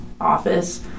office